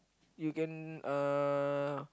you can uh